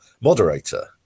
moderator